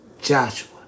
Joshua